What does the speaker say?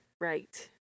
Right